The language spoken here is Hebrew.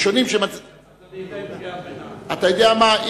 אתה יודע מה?